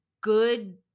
good